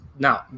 Now